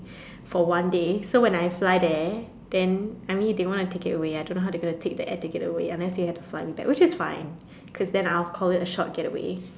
for one day so when I fly there then I mean they want to take it away I don't know how to they gonna take the air ticket away unless they had to fly me back which is fine cause then I will call it a short get away